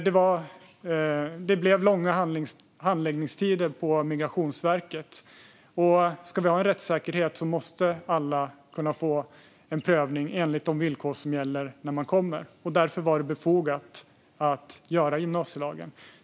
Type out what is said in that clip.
Det blev långa handläggningstider på Migrationsverket, och ska vi ha en rättssäkerhet måste alla kunna få en prövning enligt de villkor som gäller när man kommer. Därför var det befogat med gymnasielagen.